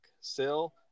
sell